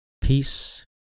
peace